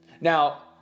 Now